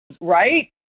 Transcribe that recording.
right